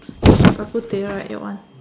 should be bak-kut-teh right your one